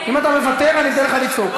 תקשיב,